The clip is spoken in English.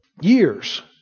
years